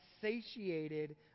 satiated